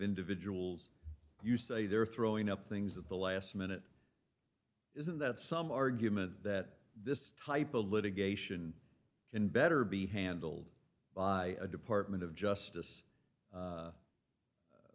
individuals you say they're throwing up things at the last minute isn't that some argument that this type of litigation can better be handled by the department of justice